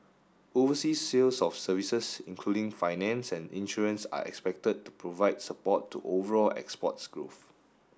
overseas sales of services including finance and insurance are expected to provide support to overall exports growth